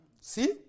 See